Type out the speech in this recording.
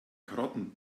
karotten